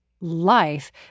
life